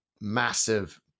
massive